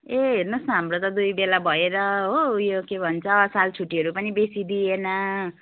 ए हेर्नुहोस् न हाम्रो त दुई बेला भएर हो उयो के भन्छ साल छुट्टीहरू पनि बेसी दिएन